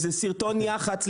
זה סרטון יח"צ,